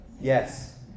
yes